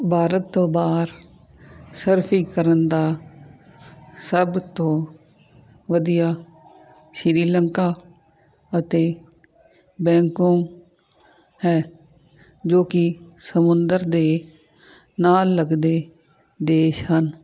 ਭਾਰਤ ਤੋਂ ਬਾਹਰ ਸਰਫਿੰਗ ਕਰਨ ਦਾ ਸਭ ਤੋਂ ਵਧੀਆ ਸ੍ਰੀ ਲੰਕਾ ਅਤੇ ਬੈਂਕੋਂਕ ਹੈ ਜੋ ਕਿ ਸਮੁੰਦਰ ਦੇ ਨਾਲ ਲੱਗਦੇ ਦੇਸ਼ ਹਨ